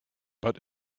but